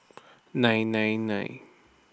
nine nine nine